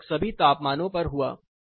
यह लगभग सभी तापमानों पर हुआ